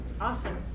Awesome